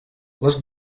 les